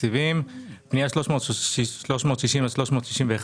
פנייה 360 עד 361,